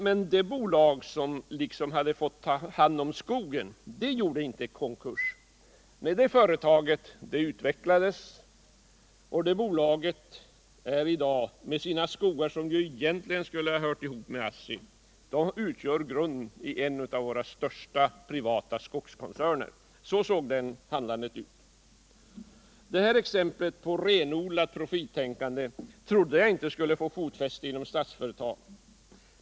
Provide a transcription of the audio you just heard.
Men det bolag som hade fått ta hand om skogen gjorde inte konkurs. Nej, det företaget utvecklades och utgör i dag med sina skogar, som ju egentligen skulle ha hört ihop med ASSI, grunden i en av våra största privata skogskoncerner. Så såg det handlandet ut. Det här exemplet på renodlat profittänkande trodde jag inte skulle få fotfäste inom Statsföretag.